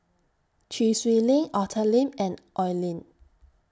Chee Swee Lee Arthur Lim and Oi Lin